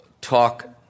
talk